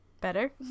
Better